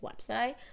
website